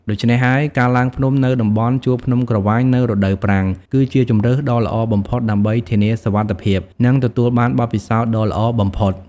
ដូច្នេះហើយ ការឡើងភ្នំនៅតំបន់ជួរភ្នំក្រវាញនៅរដូវប្រាំងគឺជាជម្រើសដ៏ល្អបំផុតដើម្បីធានាសុវត្ថិភាព និងទទួលបានបទពិសោធន៍ដ៏ល្អបំផុត។